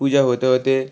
পূজা হতে হতে